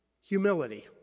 Humility